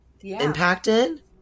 impacted